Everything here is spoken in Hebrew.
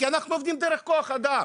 כי אנחנו עובדים דרך כוח אדם